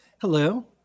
Hello